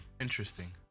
Interesting